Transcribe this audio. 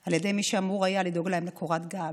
על ידי מי שאמור היה לדאוג להם לקורת גג.